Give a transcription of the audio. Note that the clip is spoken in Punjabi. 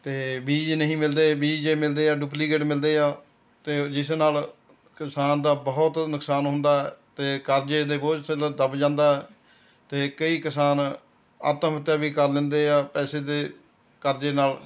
ਅਤੇ ਬੀਜ ਨਹੀਂ ਮਿਲਦੇ ਬੀਜ ਜੇ ਮਿਲਦੇ ਆ ਡੁਪਲੀਕੇਟ ਮਿਲਦੇ ਆ ਅਤੇ ਜਿਸ ਨਾਲ ਕਿਸਾਨ ਦਾ ਬਹੁਤ ਨੁਕਸਾਨ ਹੁੰਦਾ ਹੈ ਅਤੇ ਕਰਜ਼ੇ ਦੇ ਬੋਝ ਥੱਲੇ ਦੱਬ ਜਾਂਦਾ ਹੈ ਅਤੇ ਕਈ ਕਿਸਾਨ ਆਤਮਹੱਤਿਆ ਵੀ ਕਰ ਲੈਂਦੇ ਆ ਪੈਸੇ ਦੇ ਕਰਜ਼ੇ ਨਾਲ਼